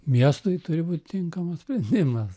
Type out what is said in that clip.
miestui turi būt tinkamas sprendimas